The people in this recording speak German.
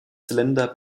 zylinder